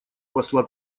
посла